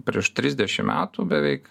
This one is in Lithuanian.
prieš trisdešim metų beveik